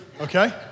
okay